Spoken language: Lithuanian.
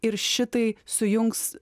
ir šitai sujungs